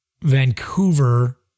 Vancouver